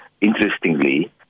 interestingly